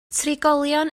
trigolion